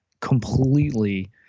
completely